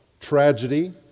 tragedy